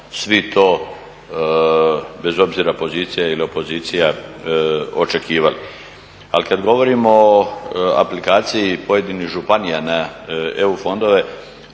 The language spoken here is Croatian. svi to, bez obzira pozicija ili opozicija očekivali. Ali kada govorimo o aplikaciji pojedinih županija na EU fondove,